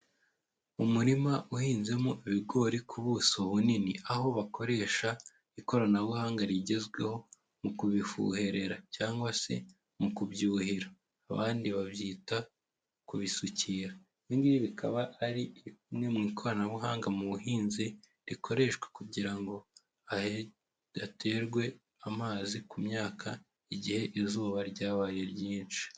Umurima uhinzemo ibigori ku buso bunini, aho bakoresha ikoranabuhanga rigezweho mu kubifuherera, cyangwa se mu kubyuhira, abandi babyita kubisukira, ibigori bikaba ari rimwe mu ikoranabuhanga mu buhinzi rikoreshwa, kugira ngo haterwe amazi ku myaka igihe izuba ryabaye ryinshi.